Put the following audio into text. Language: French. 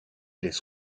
laisse